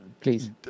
Please